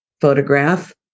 photograph